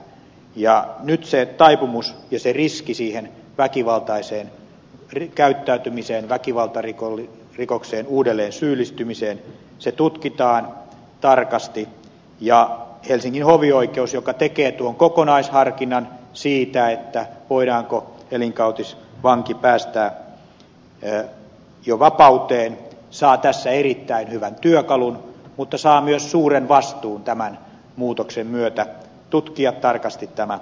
nyt se taipumus ja riski väkivaltaiseen käyttäytymiseen väkivaltarikokseen uudelleensyyllistymiseen tutkitaan tarkasti ja helsingin hovioikeus joka tekee tuon kokonaisharkinnan siitä voidaanko elinkautisvanki päästää jo vapauteen saa tässä erittäin hyvän työkalun mutta saa myös suuren vastuun tämän muutoksen myötä tutkia tarkasti tämä asia